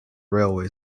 railway